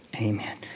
amen